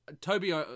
Toby